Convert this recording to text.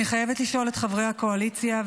אני חייבת לשאול את חברי הקואליציה,